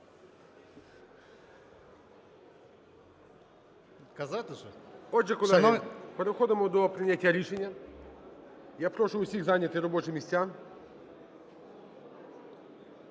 Отже, колеги, переходимо до прийняття рішення. Я прошу усіх зайняти робочі місця.